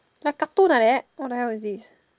like cartoon like that what the hell is this